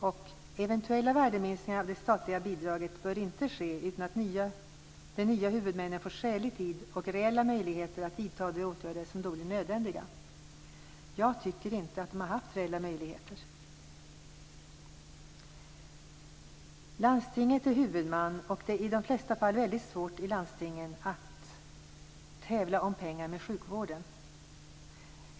Vidare: Eventuella värdeminskningar av det statliga bidraget bör inte ske utan att de nya huvudmännen får skälig tid och reella möjligheter att vidta de åtgärder som då blir nödvändiga. Jag tycker inte att man har haft reella möjligheter. Landstinget är huvudman, och det är i de flesta fall väldigt svårt i landstingen att tävla om pengar med sjukvården.